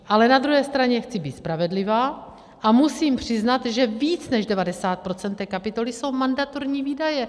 Ale na druhé straně chci být spravedlivá a musím přiznat, že víc než 90 % té kapitoly jsou mandatorní výdaje.